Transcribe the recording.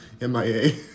MIA